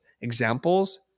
examples